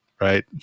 right